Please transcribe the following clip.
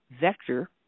vector